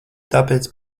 tāpēc